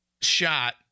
shot